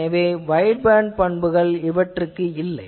எனவே வைட்பேண்ட் பண்புகள் இவற்றுக்கு இல்லை